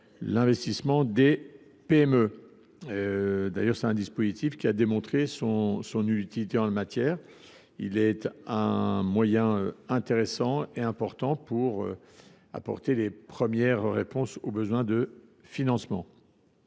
l’investissement des PME. Pourtant, ce dispositif a démontré son utilité en la matière. Il constitue un moyen intéressant et important d’apporter une première réponse aux besoins de financement